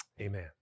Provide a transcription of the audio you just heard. Amen